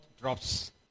drops